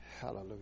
Hallelujah